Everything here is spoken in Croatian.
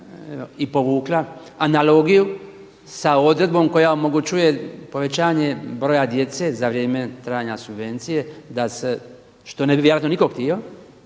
i povukla analogiju sa odredbom koja omogućuje povećanje broja djece za vrijeme trajanja subvencije, što ne bi vjerojatno nitko htio